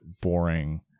boring